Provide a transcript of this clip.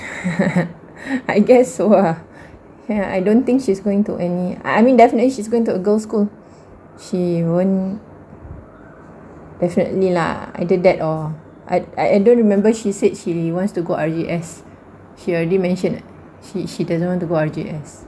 I guess so ah ya I don't think she's going to any I mean definitely she's going to a girls school she will definitely lah either that or I don't remember she said she wants to go R_J_S she already mentioned she doesn't want to go R_J_S